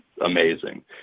amazing